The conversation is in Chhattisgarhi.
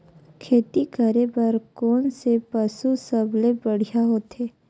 खेती करे बर कोन से पशु सबले बढ़िया होथे?